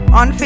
on